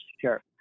Sure